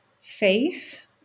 faith